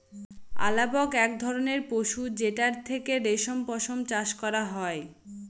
আলাপক এক ধরনের পশু যেটার থেকে রেশম পশম চাষ করা হয়